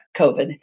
COVID